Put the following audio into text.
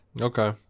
Okay